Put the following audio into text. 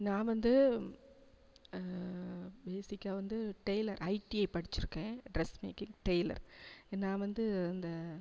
நான் வந்து பேஸிக்காக வந்து டெய்லர் ஐடிஐ படிச்சிருக்கேன் ட்ரெஸ் மேக்கிங் டெய்லர் நான் வந்து அந்த